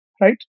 right